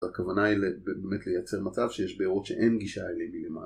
הכוונה היא ל, באמת לייצר מצב שיש בארות שאין גישה אליהם מלמעלה.